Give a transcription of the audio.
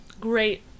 great